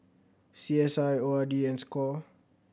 C S I O R D and score